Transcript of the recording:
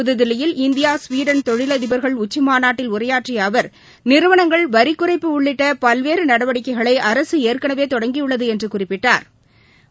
புத்தில்லியில் India Sweden தொழிலதிபர்கள் உச்சிமாநாட்டில் உரையாற்றியஅவர் நிறுவனங்கள் வரிக்குறைப்பு உள்ளிட்டபல்வேறுநடவடிக்கைகளைஅரசுஏற்கனவேதொடங்கியுள்ளதுஎன்றுகுறிப்பிட்டாா்